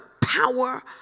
power